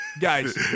Guys